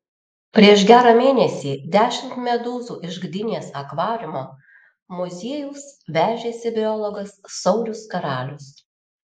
prieš gerą mėnesį dešimt medūzų iš gdynės akvariumo muziejaus vežėsi biologas saulius karalius